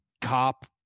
cop